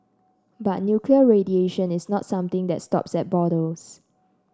but nuclear radiation is not something that stops at borders